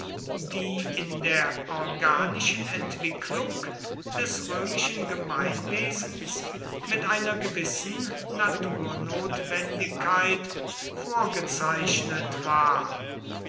die in der organischen entwicklung des römischen gemeinwesens mit einer gewissen naturnotwendigkeit vorgezeichnet war